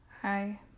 hi